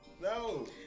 No